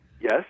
Yes